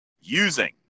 using